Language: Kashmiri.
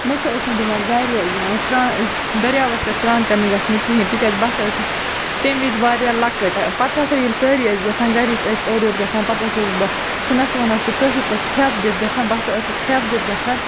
مےٚ سا ٲسۍ نہٕ دِوان گَرِ سران دریاوَس پٮ۪ٹھ سران کَرنہٕ گَژھنہٕ کِہِیٖنۍ تکیازِ بہٕ ہَسا ٲسٕس تمہِ وِز واریاہ لَکٕٹۍ پَتہٕ ہَسا ییٚلہِ سٲری ٲسۍ گَژھان گَرِکۍ ٲسۍ اورٕ یورٕ گَژھان پَتہٕ ٲسٕس بہٕ چھِ نہَ سُہ وَنان سُہ کٲشِر پٲٹھۍ ژھیٚپھ دِتھ گَژھان بہٕ ہَسا ٲسٕس ژھیٚپُ دِتھ گَژھان